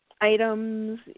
items